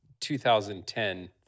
2010